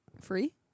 free